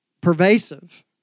pervasive